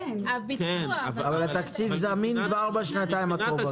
אבל התקציב זמין כבר בשנתיים הקרובות.